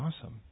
awesome